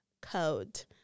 code